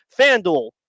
FanDuel